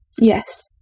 yes